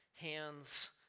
hands